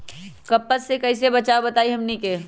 कपस से कईसे बचब बताई हमनी के?